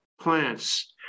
plants